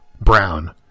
Brown